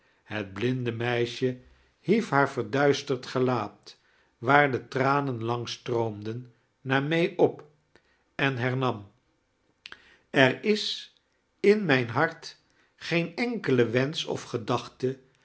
het blinde meisje hief liaar verduisterd gelaat waar de tranen langs stroomden naar may op en hernam er is in mijn hart geen enkele wensch of gedachte